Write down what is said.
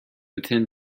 attend